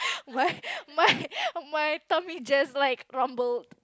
my my my tummy just like rumbled